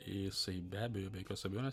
jisai be abejo be jokios abejonės